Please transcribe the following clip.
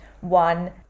One